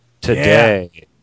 today